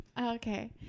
Okay